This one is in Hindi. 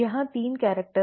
यहां तीन कैरेक्टर्स हैं